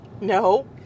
No